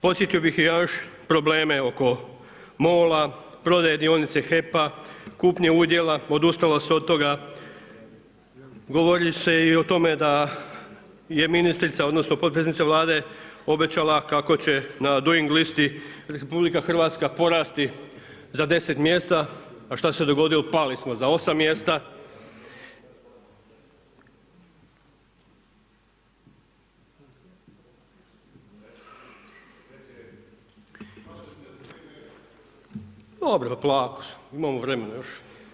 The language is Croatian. Podsjetio bih još na probleme oko MOL-a, prodaje dionice HEP-a, kupnje udjela, odustalo se od toga, govori se i o tome da je ministrica, odnosno potpredsjednica Vlade obećala kako će na doing listi RH porasti za 10 mjesta a šta se dogodilo, pali smo za 8 mjesta. … [[Upadica se ne čuje.]] Dobro, polako, imamo vremena još.